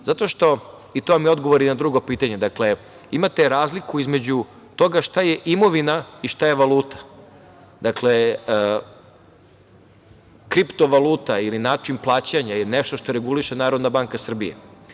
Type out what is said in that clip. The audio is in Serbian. Zato što, i to vam je odgovor i na drugo pitanje, dakle, imate razliku između toga šta je imovina i šta je valuta. Kriptovaluta ili način plaćanja je nešto što reguliše Narodna banka Srbije.